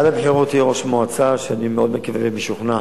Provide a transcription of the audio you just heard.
עד הבחירות יהיה ראש מועצה שאני מאוד מקווה ומשוכנע